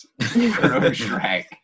Shrek